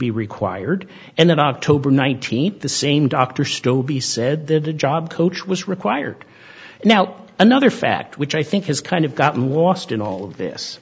be required and on october nineteenth the same dr sto be said that the job coach was required now another fact which i think is kind of gotten lost in all of this